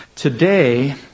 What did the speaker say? Today